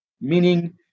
meaning